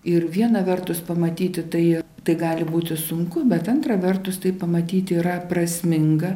ir viena vertus pamatyti tai tai gali būti sunku bet antra vertus tai pamatyti yra prasminga